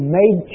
made